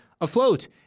afloat